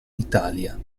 italia